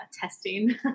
testing